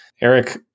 Eric